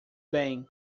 bem